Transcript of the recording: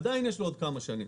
עדיין יש לו כמה שנים.